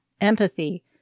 empathy